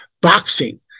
Boxing